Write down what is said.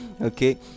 okay